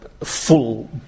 full